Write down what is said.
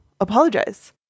apologize